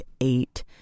eight